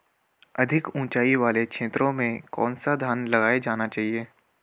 अधिक उँचाई वाले क्षेत्रों में कौन सा धान लगाया जाना चाहिए?